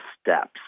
steps